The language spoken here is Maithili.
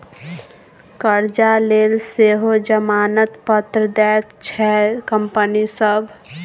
करजा लेल सेहो जमानत पत्र दैत छै कंपनी सभ